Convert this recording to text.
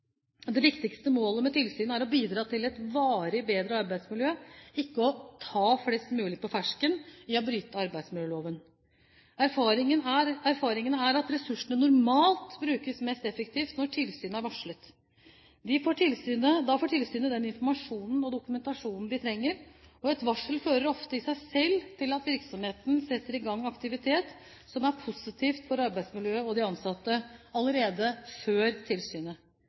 Det viktigste målet med tilsynet er å bidra til et varig bedre arbeidsmiljø, ikke å ta flest mulig «på fersken» i å bryte arbeidsmiljøloven. Erfaringene er at ressursene normalt brukes mest effektivt når tilsyn er varslet. Da får tilsynet den informasjonen og dokumentasjonen de trenger – og et varsel fører ofte i seg selv til at virksomheten setter i gang aktivitet som er positiv for arbeidsmiljøet og de ansatte, allerede før tilsynet.